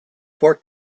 four